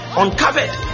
uncovered